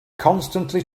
constantly